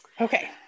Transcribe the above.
okay